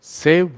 say